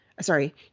sorry